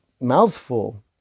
mouthful